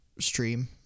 stream